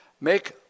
make